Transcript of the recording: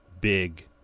big